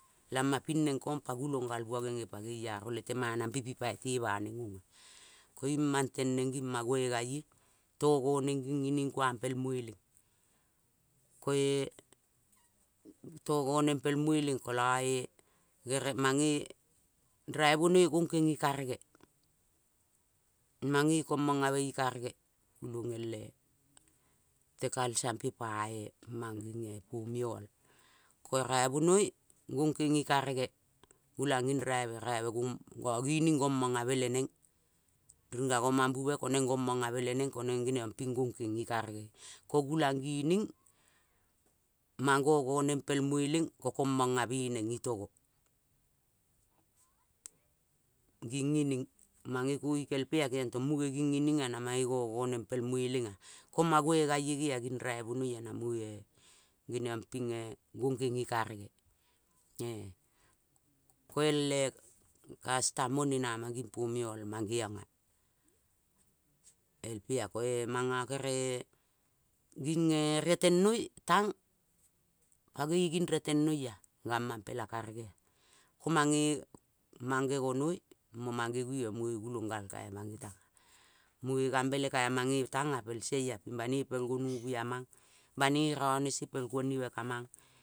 Lama ping neng kong pa gulong gal bua nge nge pa ngeiaro le temana pe pi pai tema neng ong ea. Koing mang teneng nging maguegale to go neng nging ining kuang pel mueleng. Ke-e, togo neng pel mueleng kolo e bere mange raibenoi gongkeng i karege. Mange kong mongabe, i karege kulong el te culture mpe pa mang nging pomioil. Ko raibenon gongkengi. Gulang nging raibe, raibe gomo ngo sining gomong abe le neng. Ringaggo mamb ube ko neng gongmogambe le neng ko neng gongkeng i karege. Ko gulang gining mango go neng pel mueleng, ko komongabe neng itogo. Ning ming mange kongi kel pe kengion tong munge nging ining na mange ngo so neng pel mueleng nga. Ko mag wegaie munge ea na munge gongkening i karege. Ko ol e kastam mone namang nging pomio mangeiong ea. Ko e mongo kere-e nging e natengnoi tang pangoi nging riotengnoi gamang pela karege ea. Ko mangesonoi, mang ngegueve munge gulong gal kai mange tang ea. Mung ngambe le kai mange teing ea pel soi ea ping banoi pel gonubu a mang, banoi rone se pel kuongnibe kumang